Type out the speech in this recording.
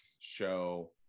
show